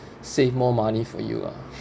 save more money for you lah